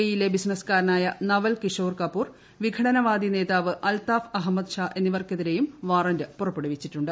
E യിലെ ബിസിനസ്കാരനായ നവൽ കിഷോർ കപൂർ വിഘടനവാദി നേതാവ് അൽതാഫ് അഹമദ് ഷാ എന്നിവർക്കെതിരെയും വാറണ്ട് പുറപ്പെടുവിച്ചിട്ടുണ്ട്